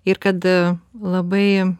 ir kad labai